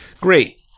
Great